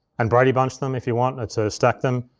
and brady bunch them, if you want to stack them,